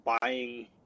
buying